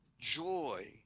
joy